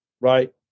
right